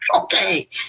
okay